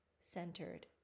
centered